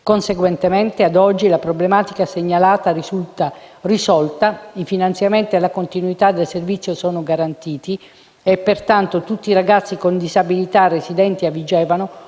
Conseguentemente, ad oggi, la problematica segnalata risulta risolta: i finanziamenti e la continuità del servizio sono garantiti e, pertanto, tutti i ragazzi con disabilità residenti a Vigevano